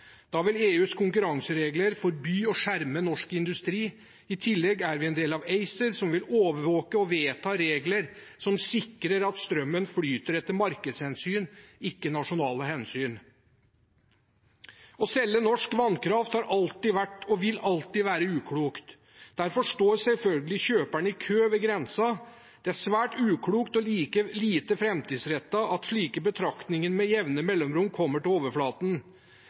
Da vil EUs konkurranseregler forby å skjerme norsk industri. I tillegg er vi en del av ACER, som vil overvåke og vedta regler som sikrer at strømmen flyter etter markedshensyn, ikke nasjonale hensyn. Å selge norsk vannkraft har alltid vært og vil alltid være uklokt. Derfor står selvfølgelig kjøperne i kø ved grensen. Det er svært uklokt og lite framtidsrettet at slike betraktninger med jevne mellomrom kommer til overflaten.